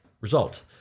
result